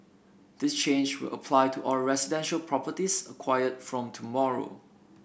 this change will apply to all residential properties acquired from tomorrow